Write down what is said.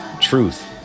Truth